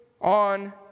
on